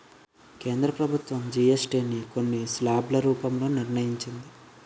కేంద్ర ప్రభుత్వం జీఎస్టీ ని కొన్ని స్లాబ్ల రూపంలో నిర్ణయించింది